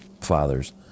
fathers